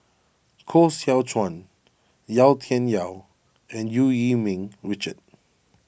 Koh Seow Chuan Yau Tian Yau and Eu Yee Ming Richard